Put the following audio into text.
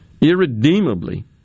irredeemably